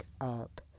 up